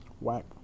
Whack